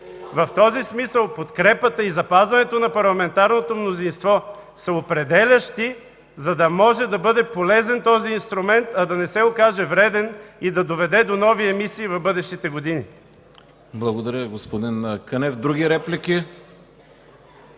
В този смисъл подкрепата и запазването на парламентарното мнозинство са определящи, за да може да бъде полезен този инструмент, а да не се окаже вреден и да доведе до нови емисии в бъдещите години.